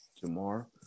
tomorrow